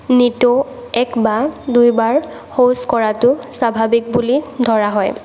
নিতৌ এক বা দুইবাৰ শৌচ কৰাতো স্বাভাৱিক বুলি ধৰা হয়